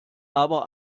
aber